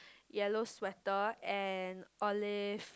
yellow sweater and olive